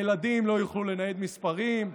ילדים לא יוכלו לנייד מספרים,